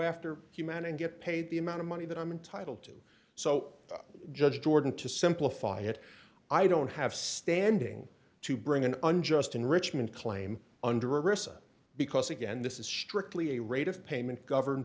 after humanity get paid the amount of money that i'm entitled to so judge jordan to simplify it i don't have standing to bring an unjust enrichment claim under rissa because again this is strictly a rate of payment governed